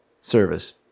Service